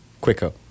quicker